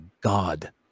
god